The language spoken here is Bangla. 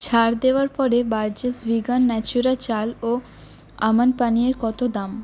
ছাড় দেওয়ার পরে বার্জেস ভেগান ন্যাচুরা চাল ও আমান পানির কত দাম